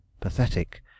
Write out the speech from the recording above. pathetic